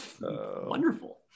Wonderful